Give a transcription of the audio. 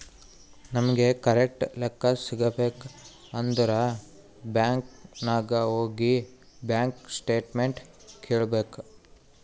ನಮುಗ್ ಕರೆಕ್ಟ್ ಲೆಕ್ಕಾ ಸಿಗಬೇಕ್ ಅಂದುರ್ ಬ್ಯಾಂಕ್ ನಾಗ್ ಹೋಗಿ ಬ್ಯಾಂಕ್ ಸ್ಟೇಟ್ಮೆಂಟ್ ಕೇಳ್ಬೇಕ್